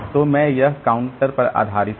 तो मैं यह काउंटर पर आधारित है